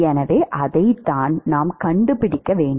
எனவே அதைத்தான் நாம் கண்டுபிடிக்க வேண்டும்